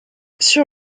sur